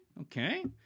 Okay